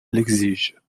l’exige